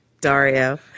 Dario